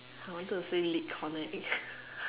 I wanted to say lick on a egg